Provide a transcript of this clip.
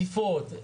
כמו כן, תקיפות.